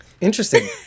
Interesting